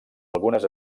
algunes